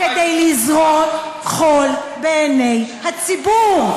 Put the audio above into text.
בדיוק הפוך, כדי לזרות חול בעיני הציבור.